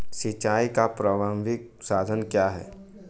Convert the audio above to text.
सिंचाई का प्रारंभिक साधन क्या है?